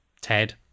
Ted